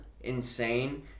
insane